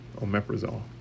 Omeprazole